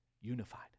unified